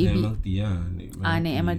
M_R_T ah take M_R_T